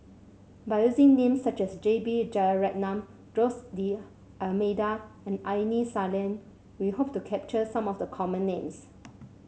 by using names such as J B Jeyaretnam Jose D'Almeida and Aini Salim we hope to capture some of the common names